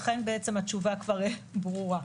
לכן התשובה כבר ברורה.